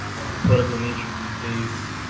um but in the political nature of these days,